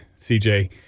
CJ